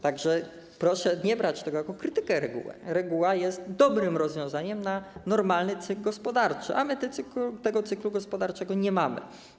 Tak że proszę nie brać tego jako krytykę reguły, bo reguła jest dobrym rozwiązaniem na normalny cykl gospodarczy, a my tego cyklu gospodarczego nie mamy.